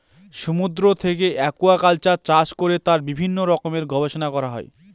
সমুদ্র থেকে একুয়াকালচার চাষ করে তার বিভিন্ন রকমের গবেষণা করা হয়